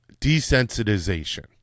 Desensitization